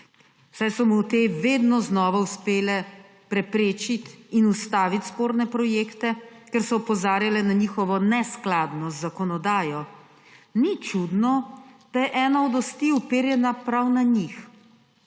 saj so mu te vedno znova uspele preprečiti in ustaviti sporne projekte, ker so opozarjale na njihovo neskladnost z zakonodajo, ni čudno, da je ena od osti uperjena prav v njih.